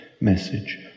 message